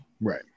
Right